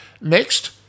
Next